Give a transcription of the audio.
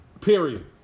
period